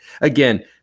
Again